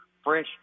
Fresh